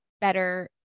better